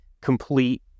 complete